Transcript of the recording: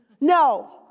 No